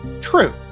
True